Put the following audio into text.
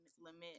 limit